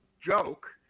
joke